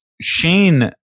Shane